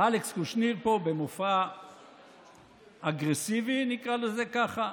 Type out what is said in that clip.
ואלכס קושניר פה, במופע אגרסיבי, נקרא לזה ככה,